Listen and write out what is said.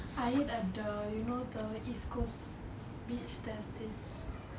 I eat at the you know the east coast beach there's this